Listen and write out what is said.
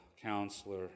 Counselor